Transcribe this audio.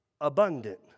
abundant